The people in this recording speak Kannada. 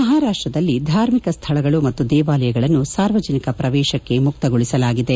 ಮಹಾರಾಷ್ಟದಲ್ಲಿ ಧಾರ್ಮಿಕ ಸ್ವಳಗಳು ಮತ್ತು ದೇವಾಲಯಗಳನ್ನು ಸಾರ್ವಜನಿಕ ಪ್ರವೇಶಕ್ಕೆ ಮುಕ್ತಗೊಳಿಸಲಾಗಿದೆ